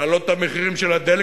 להעלות את המחירים של הדלק,